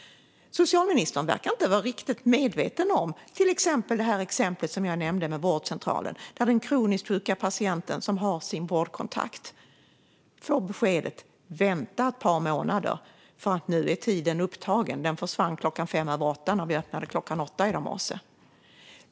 Socialministern verkar inte vara riktigt medveten om mitt exempel med vårdcentralen, där den kroniskt sjuka patienten som har sin vårdkontakt får beskedet att vänta ett par månader. Nu är det upptaget, för tiderna försvann fem över åtta i morse.